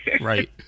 Right